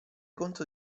conto